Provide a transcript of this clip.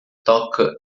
toca